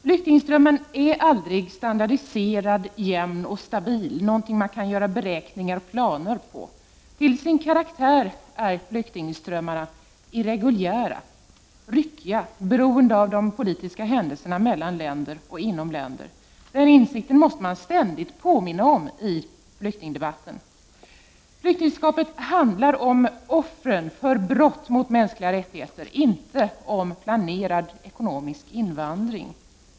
Flyktingströmmen är aldrig standardiserad, jämn och stabil, något som man kan göra beräkningar och planer om. Till sin karaktär är flyktingströmmarna irreguljära, ryckiga, beroende av de politiska händelserna mellan län der och inom länder. Den insikten måste man ständigt påminna om i flyktingdebatten. Flyktingskapet handlar om offren för brott mot mänskliga rättigheter — inte om planerad ekonomisk invandring.